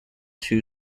two